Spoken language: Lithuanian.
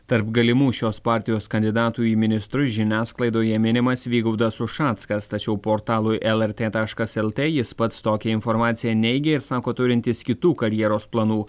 tarp galimų šios partijos kandidatų į ministrus žiniasklaidoje minimas vygaudas ušackas tačiau portalui lrt taškas lt jis pats tokią informaciją neigė ir sako turintis kitų karjeros planų